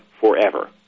forever